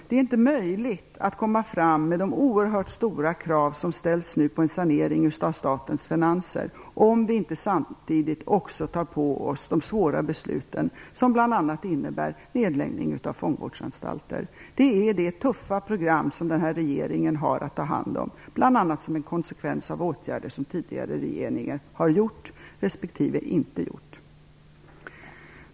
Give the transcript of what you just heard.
Det är inte möjligt att komma med de oerhört stora krav som nu ställs på en sanering av statens finanser om vi inte samtidigt också tar på oss de svåra besluten, som bl.a. innebär nedläggning av fångvårdsanstalter. Det är det tuffa program som den här regeringen har att ta hand om, bl.a. som en konsekvens av åtgärder som den tidigare regeringen har gjort resp. inte gjort.